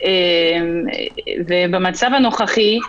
במצב הנוכחי,